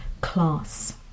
class